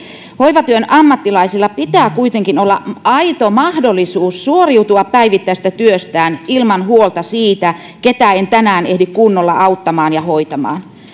hoivatyön ammattilaisilla pitää kuitenkin olla aito mahdollisuus suoriutua päivittäisestä työstään ilman huolta siitä ketä ei tänään ehdi kunnolla auttamaan ja hoitamaan